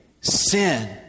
sin